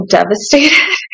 devastated